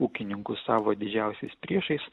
ūkininkus savo didžiausiais priešais